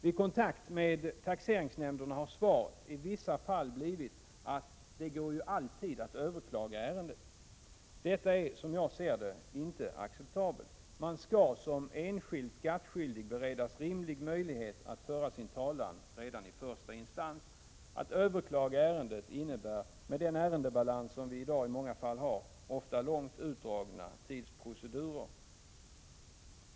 Vid kontakt med taxeringsnämnderna har beskedet i vissa fall blivit att det alltid går att överklaga beslutet. Detta är, som jag ser det, inte acceptabelt. Man skall som enskild skattskyldig beredas rimlig möjlighet att föra sin talan redan i första instans. Att överklaga beslutet innebär ofta, med den ärendebalans vi i dag i många fall har, långt utdragna procedurer.